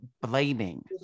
blaming